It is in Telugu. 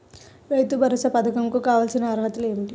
రైతు భరోసా పధకం కు కావాల్సిన అర్హతలు ఏమిటి?